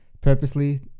purposely